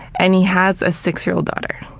and he has a six-year-old daughter,